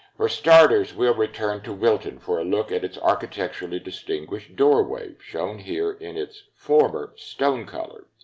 for starters, we'll return to wilton for a look at its architecturally-distinguished doorway, shown here in its former stone color.